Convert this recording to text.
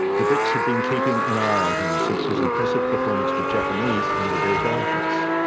the brits had been keeping an eye on him since his impressive performance with japanese under their guidance.